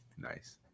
Nice